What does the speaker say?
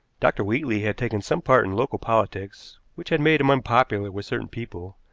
dr. wheatley had taken some part in local politics which had made him unpopular with certain people,